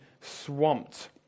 swamped